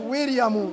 William